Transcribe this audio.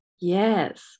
Yes